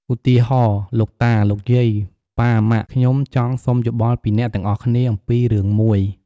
ឧទាហរណ៍ លោកតា លោកយាយ ប៉ា ម៉ាក់ ខ្ញុំចង់សុំយោបល់ពីអ្នកទាំងអស់គ្នាអំពីរឿងមួយ។